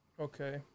Okay